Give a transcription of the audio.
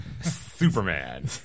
superman